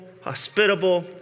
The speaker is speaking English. hospitable